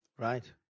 Right